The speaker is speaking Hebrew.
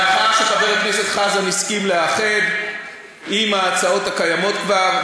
מאחר שחבר הכנסת חזן הסכים לאחד עם ההצעות הקיימות כבר,